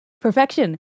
Perfection